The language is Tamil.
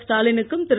ஸ்டாலினுக்கும்திரு